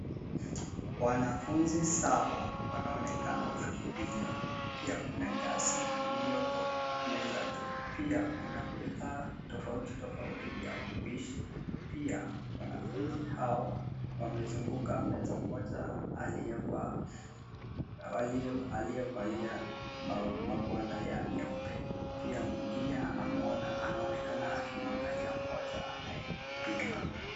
Wanafunzi saba wanaonekana wakipika, pia kuna gasi ilioko meza juu. Pia kuna bidhaa tofauti tofauti vya upishi, pia wanafunzi hawa wamezunguka meza moja, aliyevalia magwanda ya nyeupe. Pia mwingine anamwona anaonekana akimwangalia mmoja anayepika.